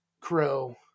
crow